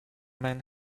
man